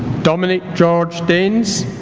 dominic george daines